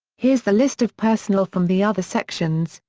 here's the list of personnel from the other sections,